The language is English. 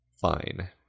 fine